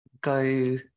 go